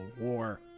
War